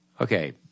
Okay